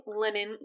linen